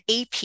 AP